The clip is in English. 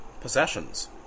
possessions